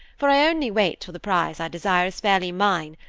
for i only wait till the prize i desire is fairly mine,